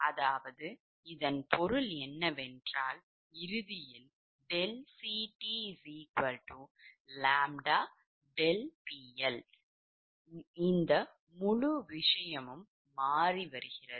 அதாவது இதன் பொருள் என்னவென்றால் இறுதியில் ∆CT ʎ∆PL முழு விஷயமும் மாறிவருகிறது